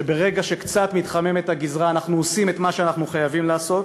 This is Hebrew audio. שברגע שקצת מתחממת הגזרה אנחנו עושים את מה שאנחנו חייבים לעשות,